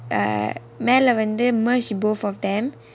uh மேலே வந்து:melae vanthu merge both of them